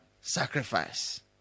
sacrifice